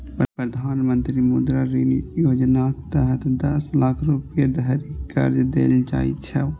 प्रधानमंत्री मुद्रा ऋण योजनाक तहत दस लाख रुपैया धरि कर्ज देल जाइ छै